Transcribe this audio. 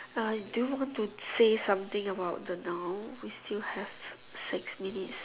uh do you want to say something about the noun we still have six minutes